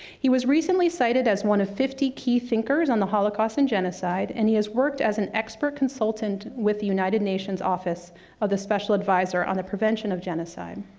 he was recently cited as one of fifty key thinkers on the holocaust and genocide, and he has worked as an expert consultant with the united nations office of the special advisor on the prevention of genocide.